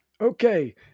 Okay